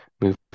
move